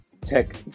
tech